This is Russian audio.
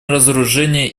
разоружение